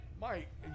Mike